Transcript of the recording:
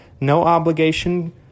no-obligation